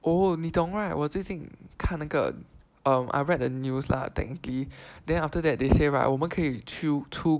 oh 你懂 right 我最近看那个 um I read the news lah technically then after that they say right 我们可以去出